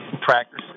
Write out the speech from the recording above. practice